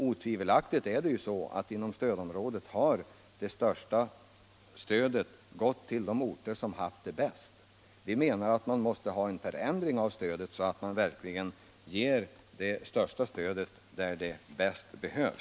Otvivelaktigt är det så att det största stödet inom stödområdet har gått till de orter som har haft de bästa arbetsmarknaderna. Vi menar att den inriktningen måste förändras så att de orter där behovet är mest påtagligt får det största stödet.